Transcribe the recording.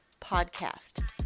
podcast